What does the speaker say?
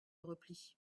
repli